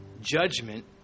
judgment